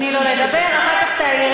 תני לו לדבר, אחר כך תעירי.